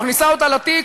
מכניסה אותה לתיק,